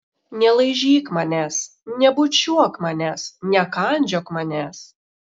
nelaižyk manęs nebučiuok manęs nekandžiok manęs